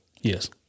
Yes